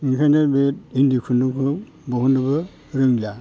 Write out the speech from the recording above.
ओंखायनो बे इन्दि खुन्दुंखौ दिहुननोबो रोंलिया